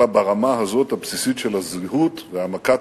אלא ברמה הזאת הבסיסית של הזהות והעמקת